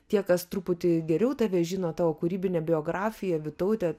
tie kas truputį geriau tave žino tavo kūrybinę biografiją vytautė